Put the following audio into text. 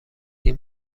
این